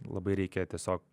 labai reikia tiesiog